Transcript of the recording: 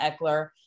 Eckler